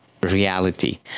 reality